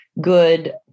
good